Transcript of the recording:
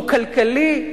כלכלי,